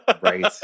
Right